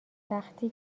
وقتی